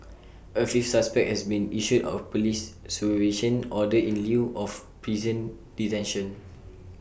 A fifth suspect has been issued A Police supervision order in lieu of prison detention